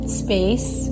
space